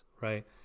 right